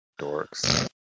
Dorks